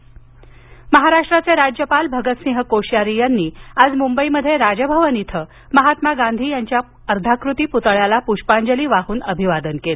फिल्मोत्सव महाराष्ट्राचे राज्यपाल भगतसिंह कोश्यारी यांनी आज मुंबईत राजभवन इथ महात्मा गांधींजीच्या अर्धाकृती पुतळ्याला पुष्पांजली वाहून अभिवादन केलं